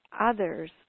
others